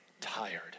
tired